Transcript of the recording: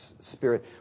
Spirit